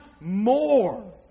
more